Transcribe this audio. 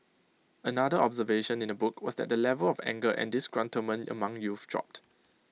another observation in the book was that the level of anger and disgruntlement among youth dropped